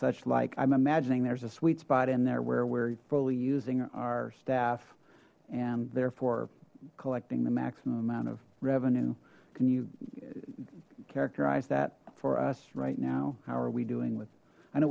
suchlike i'm imagining there's a sweet spot in there where we're fully using our staff and therefore collecting the maximum amount of revenue can you characterize that for us right now how are we doing with i know